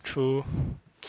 true